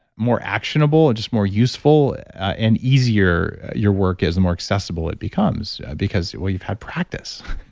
more actionable, and just more useful and easier your work is, the more accessible it becomes because, well, you've had practice